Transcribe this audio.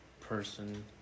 person